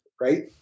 right